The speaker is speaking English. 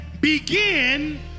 begin